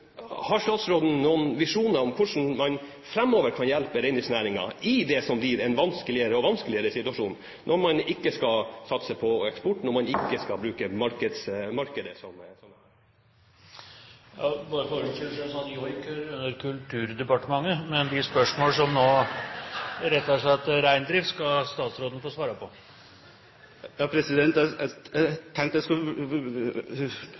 vanskeligere og vanskeligere situasjon, når man ikke skal satse på eksport, og når man ikke skal bruke markedet som verktøy? Bare for ordens skyld: Joik hører inn under Kulturdepartementet , men de spørsmål som retter seg mot reindrift, skal statsråden få svare på! Jeg tenkte jeg skulle prøve meg på å si at jeg trenger et kurs i joiking, for det kan jeg